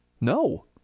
No